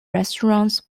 restaurants